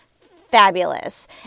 fabulous